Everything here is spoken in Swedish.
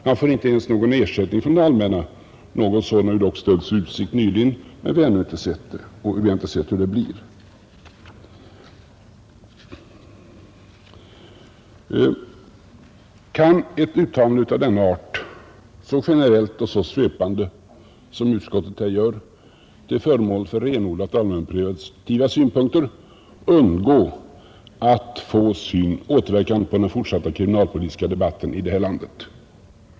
Han får inte ens någon ersättning från det allmänna; en viss sådan har nyligen ställts i utsikt, men vi har ännu inte sett hur det blir med den. Kan ett uttalande av den art som utskottet här gör, så generellt och svepande, till förmån för renodlat allmänpreventiva synpunkter undgå att påverka den fortsatta kriminalpolitiska debatten i detta land?